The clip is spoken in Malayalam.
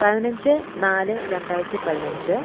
പതിനഞ്ച് നാല് രണ്ടായിരത്തി പതിനഞ്ച്